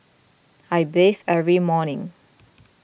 I bathe every morning